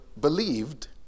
believed